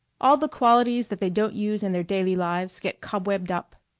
all the qualities that they don't use in their daily lives get cobwebbed up.